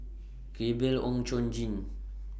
Gabriel Oon Chong Jin